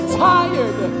tired